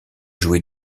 joué